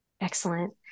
Excellent